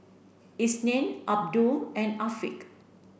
Isnin Abdul and Afiq